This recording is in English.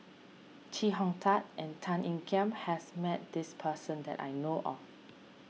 Chee Hong Tat and Tan Ean Kiam has met this person that I know of